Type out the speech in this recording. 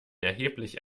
erheblich